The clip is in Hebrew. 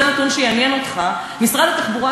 זה נתון שיעניין אותך: משרד התחבורה,